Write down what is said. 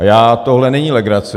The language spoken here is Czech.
A tohle není legrace.